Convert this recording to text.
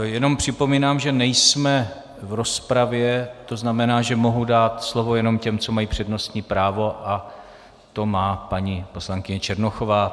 Jenom připomínám, že nejsme v rozpravě, to znamená, že mohu dát slovo jenom těm, co mají přednostní právo, a to má paní poslankyně Černochová.